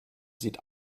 sieht